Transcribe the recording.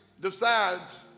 decides